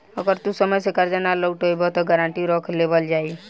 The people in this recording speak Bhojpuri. अगर तू समय से कर्जा ना लौटइबऽ त गारंटी रख लेवल जाई